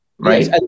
Right